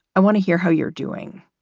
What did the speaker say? i want to hear how you're doing.